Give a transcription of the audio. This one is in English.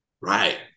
Right